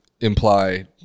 imply